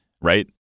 right